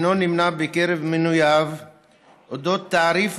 שאינו נמנה עם מנוייו על אודות תעריף